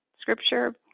scripture